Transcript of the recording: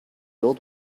old